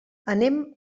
anem